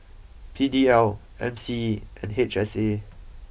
P D L M C E and H S A